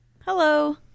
Hello